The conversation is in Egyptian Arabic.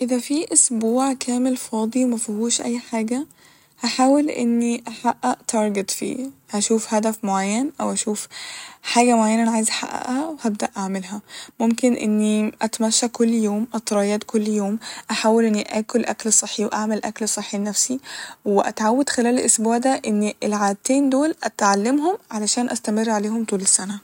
اذا في أسبوع كامل فاضي مفهوش أي حاجة هحاول إني أحقق تارجت فيه أشوف هدف معين أو أشوف حاجة معينة أنا عايزه أحققها وهبدأ اعملها ممكن إني أتمشى كل يوم أتريض كل يوم أحاول إني آكل أكل صحي وأعمل أكل صحي لنفسي وأتعود خلال الأسبوع ده اني العادتين دول أتعلمهم علشان أستمر عليهم طول السنة